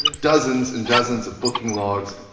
dozens and dozens of booking logs,